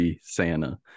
Santa